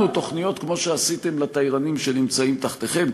תוכניות כמו שעשיתם לתיירנים שנמצאים תחתיכם,